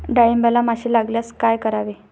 डाळींबाला माशी लागल्यास काय करावे?